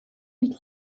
and